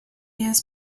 years